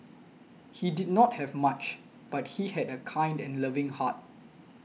he did not have much but he had a kind and loving heart